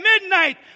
midnight